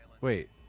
wait